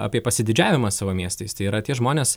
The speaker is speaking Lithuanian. apie pasididžiavimą savo miestais tai yra tie žmonės